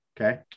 Okay